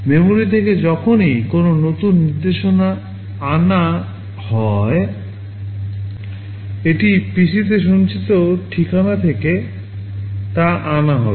memory থেকে যখনই কোনও নতুন নির্দেশনা আনা হয় এটি PCতে সঞ্চিত ঠিকানা থেকে তা আনা হবে